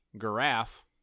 giraffe